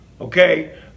okay